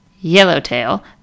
Yellowtail